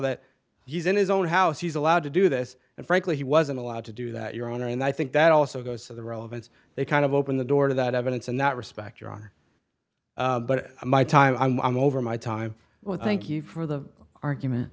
that he's in his own house he's allowed to do this and frankly he wasn't allowed to do that your honor and i think that also goes to the role of as they kind of open the door to that evidence and that respect your honor but my time i'm over my time well thank you for the argument